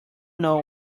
know